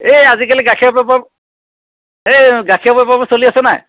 এই আজিকালি গাখীৰৰ বেপাৰ এই গাখীৰৰ বেপাৰবোৰ চলি আছে নাই